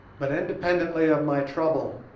but, independently of my trouble,